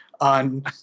on